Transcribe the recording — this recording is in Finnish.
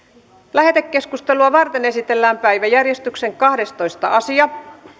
lähetekeskustelua varten esitellään päiväjärjestyksen kahdestoista asia